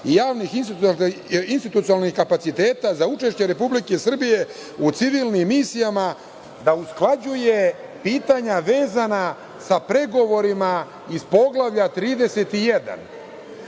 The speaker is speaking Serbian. i javnih institucionalnih kapaciteta za učešće Republike Srbije u civilnim misijama da usklađuje pitanja vezana sa pregovorima iz Poglavlja 31,